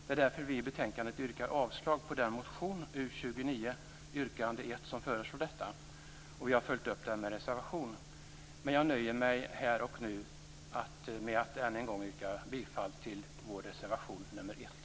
Det är därför vi moderater i betänkandet yrkar avslag på den motion, U29 yrkande 1, där detta föreslås. Vi har följt upp detta med en reservation, men jag nöjer mig här och nu med att än en gång yrka bifall till vår reservation nr 1.